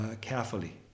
carefully